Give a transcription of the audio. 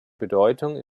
bedeutung